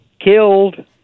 killed